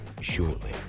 shortly